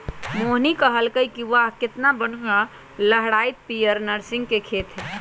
मोहिनी कहलकई कि वाह केतना बनिहा लहराईत पीयर नर्गिस के खेत हई